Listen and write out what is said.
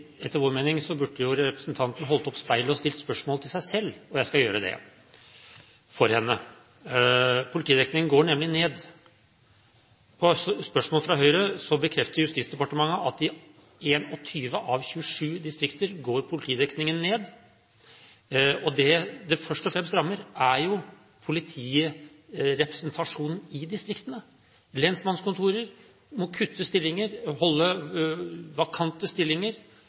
etter vår mening burde jo representanten holdt opp speilet og stilt spørsmålet til seg selv. Jeg skal gjøre det for henne. Politidekningen går nemlig ned. På spørsmål fra Høyre bekrefter Justisdepartementet at i 21 av 27 distrikter går politidekningen ned. Det det først og fremst rammer, er jo politirepresentasjonen i distriktene. Lensmannskontorer må kutte stillinger og holde stillinger vakante.